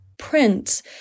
print